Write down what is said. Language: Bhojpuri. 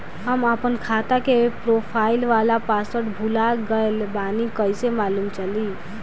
हम आपन खाता के प्रोफाइल वाला पासवर्ड भुला गेल बानी कइसे मालूम चली?